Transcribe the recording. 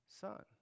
son